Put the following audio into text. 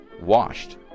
washed